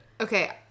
Okay